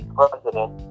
president